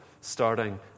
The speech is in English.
starting